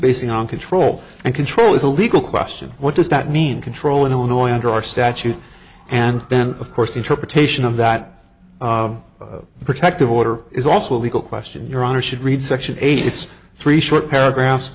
basing on control and control is a legal question what does that mean control in illinois under our statute and then of course interpretation of that protective order is also a legal question your honor should read section eight it's three short paragraphs